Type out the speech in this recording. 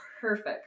perfect